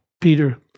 Peter